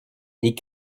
les